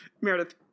meredith